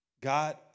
God